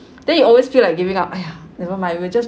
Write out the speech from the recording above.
then you always feel like giving up !aiya! never mind we'll just